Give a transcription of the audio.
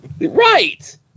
Right